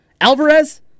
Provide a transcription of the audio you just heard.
Alvarez